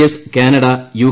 S Canada U